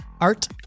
art